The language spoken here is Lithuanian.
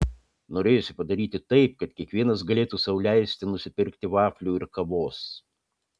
norėjosi padaryti taip kad kiekvienas galėtų sau leisti nusipirkti vaflių ir kavos